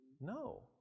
No